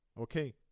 Okay